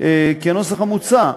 כי הנוסח המוצע,